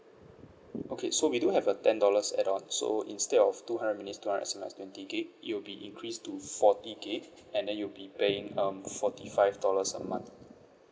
okay so we do have a ten dollars add on so instead of two hundred minutes two hundred S_M_S twenty gig you will be increased to forty gig and then you'll be paying um forty five dollars a month